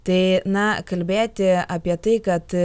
tai na kalbėti apie tai kad